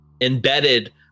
embedded